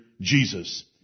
Jesus